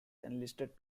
enlisted